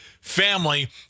family